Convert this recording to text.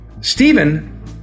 Stephen